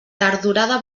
tardorada